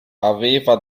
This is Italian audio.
aveva